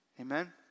Amen